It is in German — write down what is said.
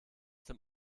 dem